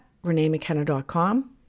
reneemckenna.com